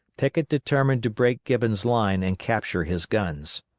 pickett determined to break gibbon's line and capture his guns.